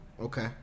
Okay